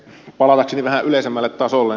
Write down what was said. palatakseni vähän yleisemmälle tasolle